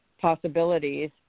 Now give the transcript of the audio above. possibilities